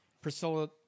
Priscilla